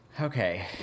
okay